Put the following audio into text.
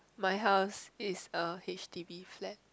my house is a h_d_b flat